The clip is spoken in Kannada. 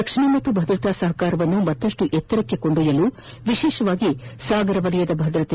ರಕ್ಷಣೆ ಮತ್ತು ಭದ್ರತಾ ಸಹಕಾರವನ್ನು ಮತ್ತಷ್ಟು ಆಳಕ್ಕೆ ಕೊಂಡೊಯ್ಯಲು ವಿಶೇಷವಾಗಿ ಸಾಗರ ವಲಯದ ಭದ್ರತೆ